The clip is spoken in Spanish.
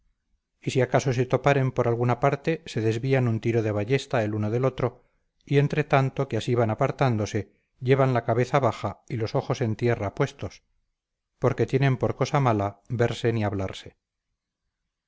y si acaso se toparen por alguna parte se desvían un tiro de ballesta el uno del otro y entretanto que así van apartándose llevan la cabeza baja y los ojos en tierra puestos porque tienen por cosa mala verse ni hablarse